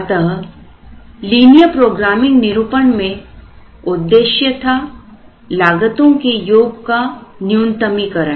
अतः linear programming निरूपण मेंउद्देश्य था लागतों के योग का न्यूनतमीकरण